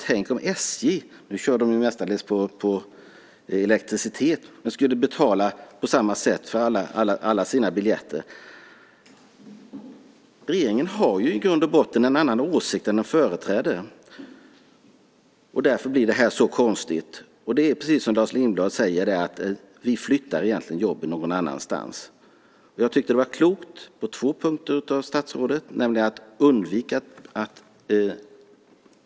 Tänk om SJ - de kör ju mestadels på elektricitet - skulle betala på samma sätt för alla sina biljetter! Regeringen har i grund och botten en annan åsikt än de företräder. Därför blir det här så konstigt. Det är precis som Lars Lindblad säger, att vi flyttar egentligen jobben någon annanstans. Jag tyckte att det var klokt av statsrådet att undvika två punkter.